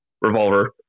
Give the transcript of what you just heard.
revolver